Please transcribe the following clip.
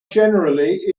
generally